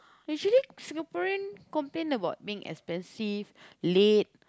usually Singaporean complain about being expensive late